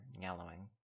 yellowing